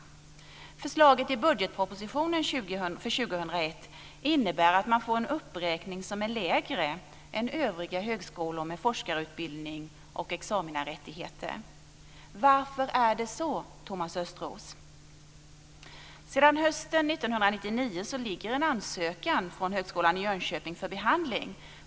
Förslaget i budgetpropositionen för 2001 innebär att man får en uppräkning som är lägre än övriga högskolor med forskarutbildning och examinationsrättigheter får. Varför är det så, Thomas Östros? Sedan hösten 1999 ligger en ansökan från Högskolan i Jönköping för behandling.